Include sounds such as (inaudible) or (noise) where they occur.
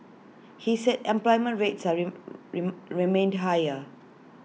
he said employment rate (unintelligible) remained tire